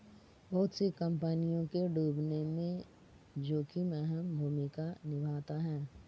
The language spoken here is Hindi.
बहुत सी कम्पनियों के डूबने में जोखिम अहम भूमिका निभाता है